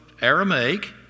Aramaic